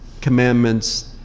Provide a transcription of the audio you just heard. commandments